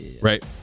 right